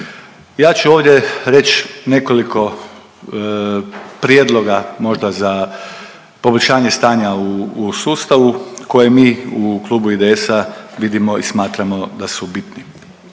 Ja ću ovdje reći nekoliko prijedloga možda za poboljšanje stanja u sustavu koje mi u klubu IDS-a vidimo i smatramo da su bitni.